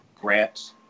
grants